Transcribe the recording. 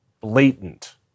blatant